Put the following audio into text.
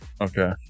Okay